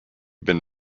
been